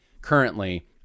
currently